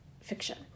fiction